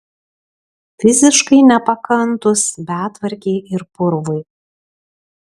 fiziškai nepakantūs betvarkei ir purvui